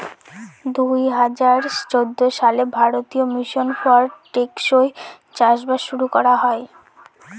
দুই হাজার চৌদ্দ সালে জাতীয় মিশন ফর টেকসই চাষবাস শুরু করা হয়